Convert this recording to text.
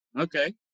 Okay